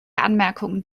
anmerkung